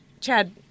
Chad